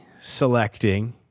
selecting